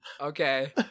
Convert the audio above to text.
Okay